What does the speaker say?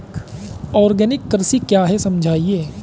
Organic कृषि क्या है समझाइए?